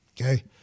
Okay